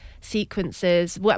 sequences